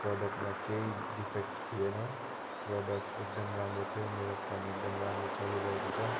प्रोडक्टमा केही डिफेक्ट थिएन प्रोडक्ट एकदम राम्रो थियो मेरो फोन एकदम राम्रो चलिरहेको छ